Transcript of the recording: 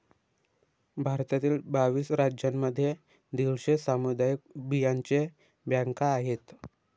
भारतातील बावीस राज्यांमध्ये दीडशे सामुदायिक बियांचे बँका आहेत